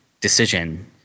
decision